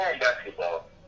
basketball